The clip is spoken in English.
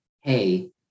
hey